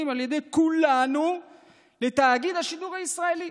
על ידי כולנו לתאגיד השידור הישראלי.